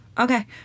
Okay